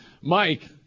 Mike